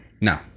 No